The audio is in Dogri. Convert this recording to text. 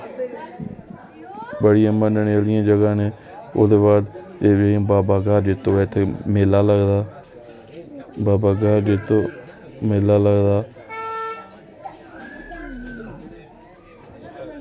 बड़ियां बनने आह्लियां जगहां न एह् ते ओह्दे बाद एह्दे ई बाबा ग्हार जित्तो ऐ मेला लगदा बाबा ग्हार जित्तो मेला लगदा